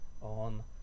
on